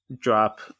drop